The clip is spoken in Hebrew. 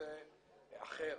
מעשה אחר,